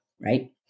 right